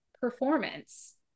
performance